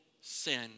sin